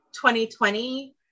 2020